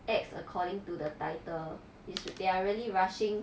exe according to the title it's they really rushing